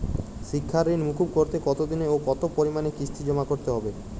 শিক্ষার ঋণ মুকুব করতে কতোদিনে ও কতো পরিমাণে কিস্তি জমা করতে হবে?